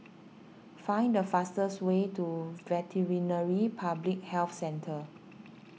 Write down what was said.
find the fastest way to Veterinary Public Health Centre